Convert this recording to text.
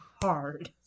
hard